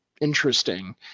interesting